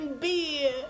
Beer